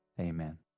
Amen